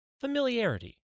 familiarity